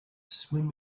swim